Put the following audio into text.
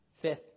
Fifth